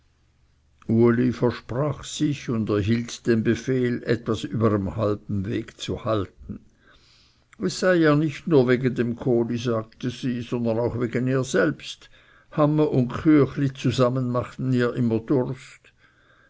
uli versprach sich und erhielt den befehl etwas über em halben weg zu halten es sei ihr nicht nur wegen dem kohli sagte sie sondern auch wegen ihr selbst hamme und küchli zusammen machten ihr immer durst